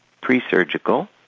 pre-surgical